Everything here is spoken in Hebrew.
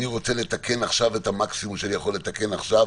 אני רוצה לתקן עכשיו את המקסימום שאני יכול לתקן עכשיו